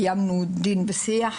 קיימנו דין ושיח.